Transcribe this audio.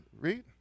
Read